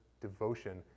devotion